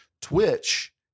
twitch